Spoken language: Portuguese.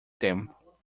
tempo